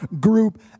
group